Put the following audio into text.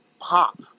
pop